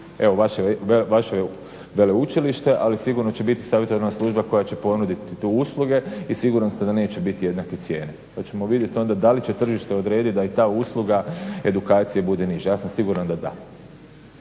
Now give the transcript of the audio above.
Evo, vaše je veleučilište ali sigurno će biti i savjetodavna služba koja će ponuditi tu usluge i siguran sam da neće biti jednake cijene. Pa ćemo vidjeti onda da li će tržište odrediti da i ta usluga edukacije bude niža. Ja sam siguran da da.